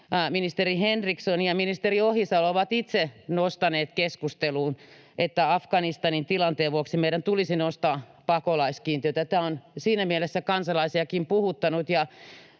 ministeri Henriksson ja ministeri Ohisalo ovat itse nostaneet keskusteluun, että Afganistanin tilanteen vuoksi meidän tulisi nostaa pakolaiskiintiötä, ja tämä on siinä mielessä kansalaisiakin puhuttanut.